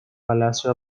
palacio